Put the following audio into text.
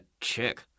chick